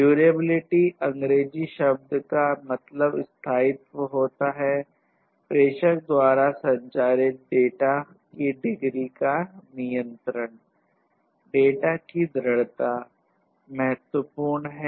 durability Angrezi शब्द का मतलब स्थायित्व होता है प्रेषक द्वारा संचारित डेटा की डिग्री का नियंत्रण है